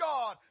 God